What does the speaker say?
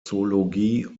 zoologie